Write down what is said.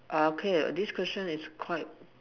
ah okay this question is quite